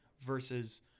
versus